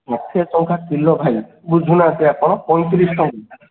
ଷାଠିଏ ଟଙ୍କା କିଲୋ ଭାଇ ବୁଝୁ ନାହାଁନ୍ତି ଆପଣ ପଇଁତିରିଶ ଟଙ୍କା